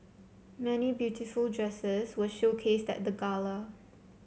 many beautiful dresses were showcased at the gala